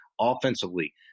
offensively